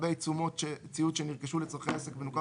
למעט תשומות ציוד שנרכש לצורכי העסק ונוכה